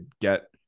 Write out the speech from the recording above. get